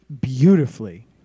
beautifully